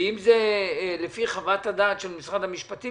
ואם זה לפי חוות הדעת של משרד המשפטים,